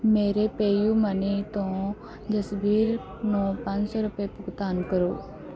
ਮੇਰੇ ਪੇਯੁਮਨੀ ਤੋਂ ਜਸਬੀਰ ਨੂੰ ਪੰਜ ਸੌ ਰੁਪਏ ਭੁਗਤਨ ਕਰੋ